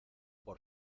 por